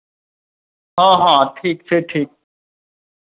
हँ हँ ठीक छै ठीक